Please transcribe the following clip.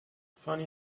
funny